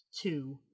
two